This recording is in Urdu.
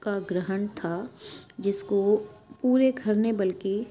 کا گرہن تھا جس کو پورے گھر نے بلکہ